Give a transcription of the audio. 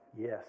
Yes